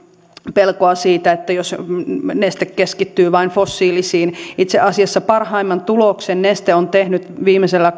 pelkoa siitä jos neste keskittyy vain fossiilisiin itse asiassa parhaimman tuloksen neste on tehnyt viimeisessä